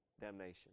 damnation